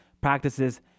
practices